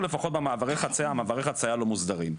לפחות מעברי חצייה כי מעברי החצייה לא מוסדרים.